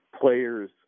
players